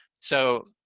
so,